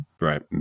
Right